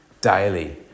daily